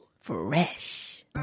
fresh